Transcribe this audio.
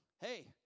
Hey